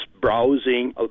browsing